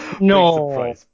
No